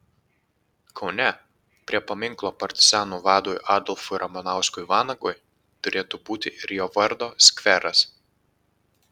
kaune prie paminklo partizanų vadui adolfui ramanauskui vanagui turėtų būti ir jo vardo skveras